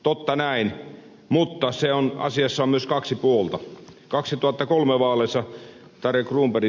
totta näin mutta asiassa on myös kaksi puolta